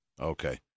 Okay